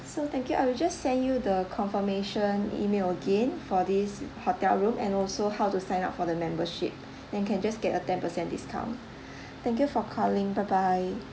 so thank you I will just send you the confirmation email again for this hotel room and also how to sign up for the membership then can just get a ten percent discount thank you for calling bye bye